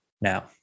now